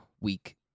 week